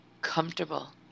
comfortable